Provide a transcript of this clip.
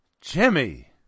Jimmy